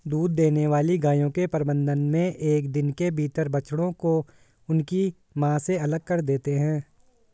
दूध देने वाली गायों के प्रबंधन मे एक दिन के भीतर बछड़ों को उनकी मां से अलग कर देते हैं